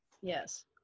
Yes